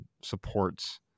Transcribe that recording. supports